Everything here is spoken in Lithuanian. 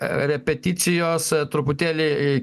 repeticijos truputėlį